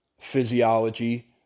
physiology